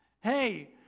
Hey